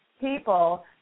people